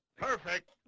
perfect